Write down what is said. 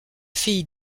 fille